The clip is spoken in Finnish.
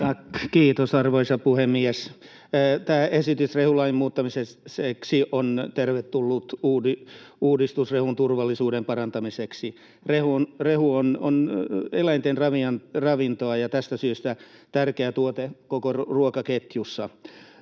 kiitos, arvoisa puhemies! Tämä esitys rehulain muuttamiseksi on tervetullut uudistus rehun turvallisuuden parantamiseksi. Rehu on eläinten ravintoa ja tästä syystä tärkeä tuote koko ruokaketjussa.